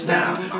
now